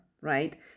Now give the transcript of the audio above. right